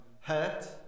hurt